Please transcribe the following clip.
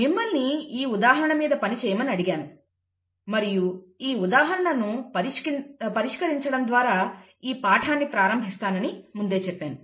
మిమ్మల్ని ఈ ఉదాహరణ మీద పని చేయమని అడిగాను మరియు ఈ ఉదాహరణను పరిష్కరించడం ద్వారా ఈ పాఠాన్ని ప్రారంభిస్తానని ముందే చెప్పాను